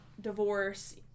divorce